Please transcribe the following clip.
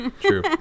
True